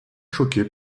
choqué